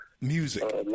Music